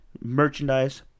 merchandise